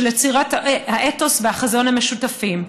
של יצירת האתוס והחזון המשותפים.